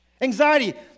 anxiety